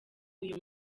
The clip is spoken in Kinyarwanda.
uyu